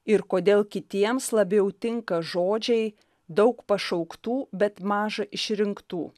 ir kodėl kitiems labiau tinka žodžiai daug pašauktų bet maža išrinktų